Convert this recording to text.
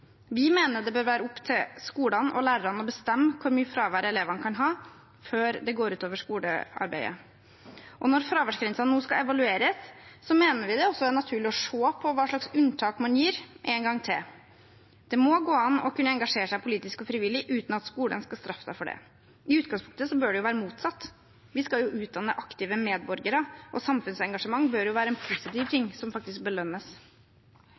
Vi mener det bør være opp til skolene og lærerne å bestemme hvor mye fravær elevene kan ha før det går ut over skolearbeidet. Når fraværsgrensen nå skal evalueres, mener vi det også er naturlig en gang til å se på hva slags unntak man gir. Det må kunne gå an å engasjere seg politisk og frivillig uten at skolen skal straffe en for det. I utgangspunktet bør det være motsatt. Vi skal jo utdanne aktive medborgere, og samfunnsengasjement bør være en positiv ting som faktisk belønnes.